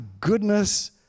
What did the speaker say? goodness